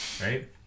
right